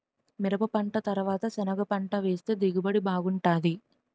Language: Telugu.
మిరపపంట తరవాత సెనగపంట వేస్తె దిగుబడి బాగుంటాది